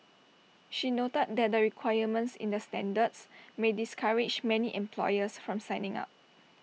she noted that the requirements in the standards may discourage many employers from signing up